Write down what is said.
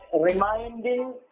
reminding